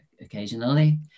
occasionally